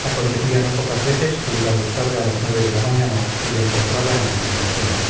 acontecía no pocas veces que iba a buscarle a las nueve de la mañana y le encontraba en el primer sueño